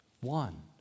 one